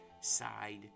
side